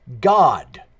God